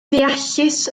ddeallus